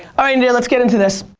ah india, let's get into this?